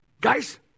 Guys